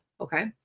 Okay